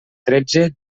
tretze